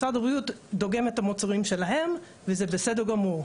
משרד הבריאות דוגם את המוצרים שלהם וזה בסדר גמור.